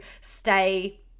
stay